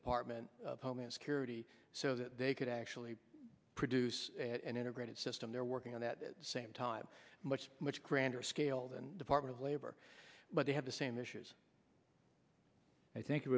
department of homeland security so that they could actually produce an integrated system they're working on that same time much much grander scale than department of labor but they have the same issues i think